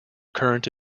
current